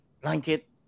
blanket